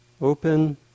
open